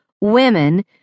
women